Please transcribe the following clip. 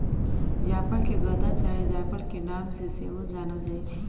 जाफर के गदा चाहे जायफल के नाम से सेहो जानल जाइ छइ